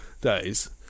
days